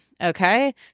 Okay